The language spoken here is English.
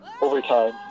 overtime